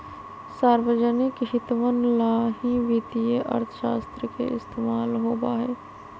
सार्वजनिक हितवन ला ही वित्तीय अर्थशास्त्र के इस्तेमाल होबा हई